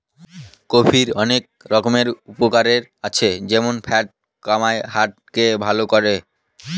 কফির অনেক রকমের উপকারে আছে যেমন ফ্যাট কমায়, হার্ট কে ভালো করে